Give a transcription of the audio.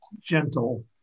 gentle